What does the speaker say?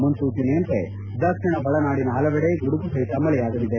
ಮುನ್ನೂಚನೆಯಂತೆ ದಕ್ಷಿಣ ಒಳನಾಡಿನ ಹಲವೆಡೆ ಗುಡುಗು ಸಹಿತ ಮಳೆಯಾಗಲಿದೆ